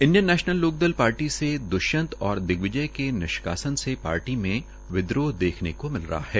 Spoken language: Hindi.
इंडियन नैशनल लोकदल पार्टी से दृष्यंत और दिग्विजय के निष्कासन से पार्टी में विद्रोह देखने को मिल रहा है